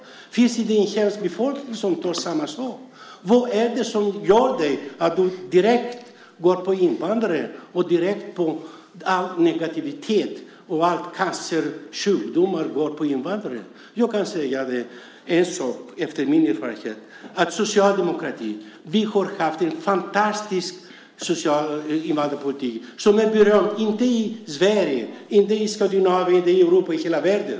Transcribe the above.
Finns det ingen i den inhemska befolkningen som gör samma sak? Vad är det som gör att du direkt går på invandrare och antyder att negativitet och den cancer du talar om bara drabbar invandrare? Jag kan säga dig en sak utifrån min erfarenhet: Socialdemokratin har haft en fantastisk social invandrarpolitik som är berömd, inte i Sverige och inte i Skandinavien men i Europa och i hela världen.